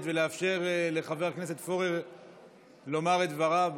ולאפשר לחבר הכנסת פורר לומר את דבריו.